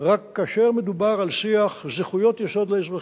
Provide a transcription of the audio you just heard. רק שכאשר מדובר על שיח זכויות יסוד לאזרחים,